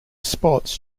spots